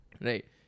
Right